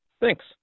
Thanks